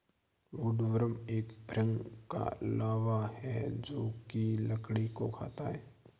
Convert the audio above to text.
woodworm एक भृंग का लार्वा है जो की लकड़ी को खाता है